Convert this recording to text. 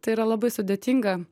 tai yra labai sudėtinga